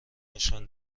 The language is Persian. نشان